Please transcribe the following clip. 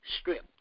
strip